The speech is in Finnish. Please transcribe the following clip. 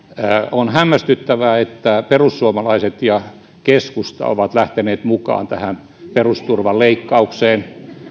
on hämmästyttävää että perussuomalaiset ja keskusta ovat lähteneet mukaan tähän perusturvan leikkaukseen